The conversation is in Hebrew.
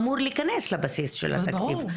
אמור להיכנס לבסיס של התקציב.